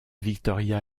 victoria